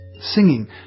Singing